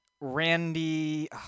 Randy